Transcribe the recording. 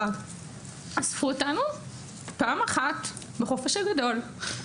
אספו אותנו פעם אחת בחופש הגדול.